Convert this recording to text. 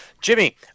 Jimmy